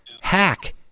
hack